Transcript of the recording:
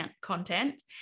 content